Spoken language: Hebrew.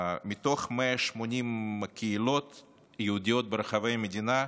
מתוך 180 קהילות יהודיות ברחבי המדינה,